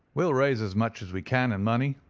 will raise as much as we can in money,